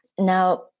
Now